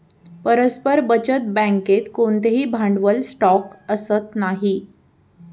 परस्पर बचत बँकेत कोणतेही भांडवल स्टॉक असत नाही